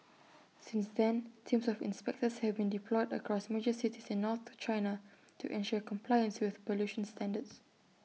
since then teams of inspectors have been deployed across major cities in north China to ensure compliance with pollution standards